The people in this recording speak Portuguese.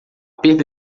perda